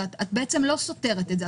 שאת בעצם לא סותרת את זה,